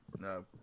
no